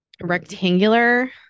rectangular